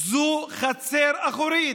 זה חצר אחורית.